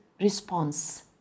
response